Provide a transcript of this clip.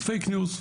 fake news.